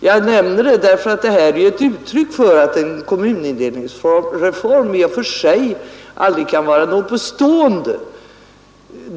Jag nämner detta därför att det är ett uttryck för att en kommunindelningsreform i och för sig aldrig kan vara något bestående.